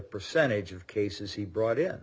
percentage of cases he brought in